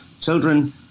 children